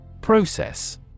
process